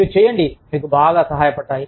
మీరు చేయండి మీకు బాగా సహాయపడతాయి